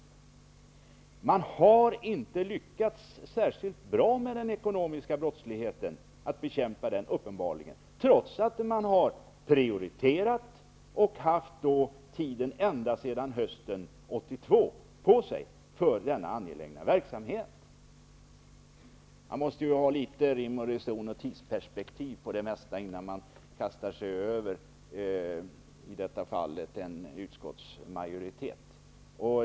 Socialdemokraterna har uppenbarligen inte lyckats särskilt bra med att bekämpa den ekonomiska brottsligheten, trots att man har prioriterat detta och haft tid på sig för denna angelägna verksamhet ända sedan hösten 1982. Man måste ha litet rim och reson och tidsperspektiv på det mesta innan man kastar sig över i detta fall en utskottsmajoritet.